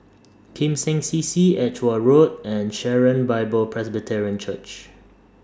Kim Seng C C Edgware Road and Sharon Bible Presbyterian Church